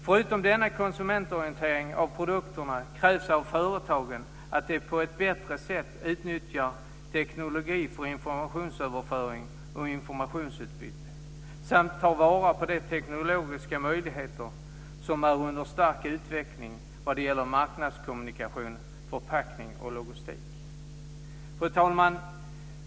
Förutom denna konsumentorientering av produkterna krävs av företagen att de på ett bättre sätt utnyttjar teknologi för informationsöverföring och informationsutbyte samt tar vara på de teknologiska möjligheter som är under stark utveckling vad det gäller marknadskommunikation, förpackning och logistik. Fru talman!